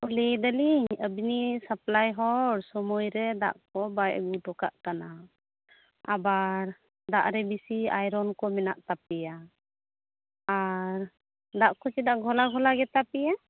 ᱞᱟᱹᱭᱮᱫᱟᱞᱤᱧ ᱟᱹᱵᱤᱱᱤᱡ ᱥᱟᱯᱞᱟᱭ ᱦᱚᱲ ᱥᱳᱢᱚᱭ ᱨᱮ ᱫᱟᱜᱽ ᱠᱚ ᱵᱟᱭ ᱟᱹᱜᱩ ᱚᱴᱚ ᱠᱟᱜ ᱠᱟᱱᱟ ᱟᱵᱟᱨ ᱫᱟᱜ ᱨᱮ ᱵᱤᱥᱤ ᱟᱭᱨᱚᱱ ᱠᱚ ᱢᱮᱱᱟᱜ ᱛᱟᱯᱮᱭᱟ ᱟᱨ ᱫᱟᱜ ᱠᱚ ᱪᱮᱫᱟᱜ ᱜᱷᱚᱞᱟ ᱜᱷᱚᱞᱟ ᱜᱮᱛᱟ ᱯᱮᱭᱟ